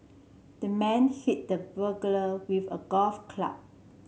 the man hit the burglar with a golf club